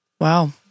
Wow